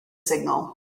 signal